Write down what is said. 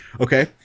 Okay